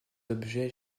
objets